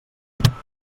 pecats